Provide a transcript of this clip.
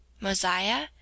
mosiah